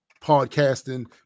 podcasting